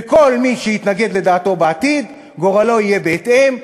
וכל מי שיתנגד לדעתו בעתיד, גורלו יהיה בהתאם.